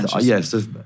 Yes